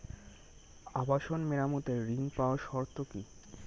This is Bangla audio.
আবাসন মেরামতের ঋণ পাওয়ার শর্ত কি?